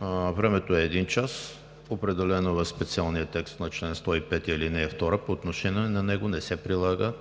Времето е един час, определено в специалния текст на чл. 105, ал. 2. По отношение на него не се прилага